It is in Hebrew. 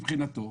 מבחינתו,